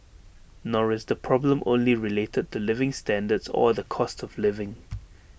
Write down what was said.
nor is the problem only related to living standards or the cost of living